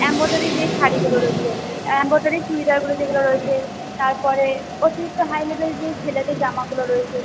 এম্ব্রয়ডারির যেই শাড়িগুলো রয়েছে এম্ব্রয়ডারির চুড়িদারগুলো যেগুলো রয়েছে তারপরে অতিরিক্ত হাই লেভেল যেই ছেলেদের জামাগুলো রয়েছে